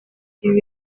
ibi